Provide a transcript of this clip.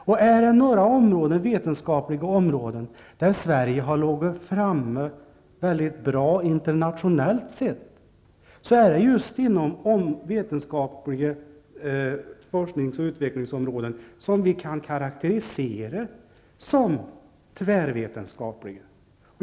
Och är det några vetenskapliga områden där Sverige har legat mycket väl framme internationellt sett, så är det just vetenskapliga forsknings och utvecklingsområden som vi kan karakterisera som tvärvetenskapliga.